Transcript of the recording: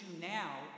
now